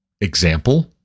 example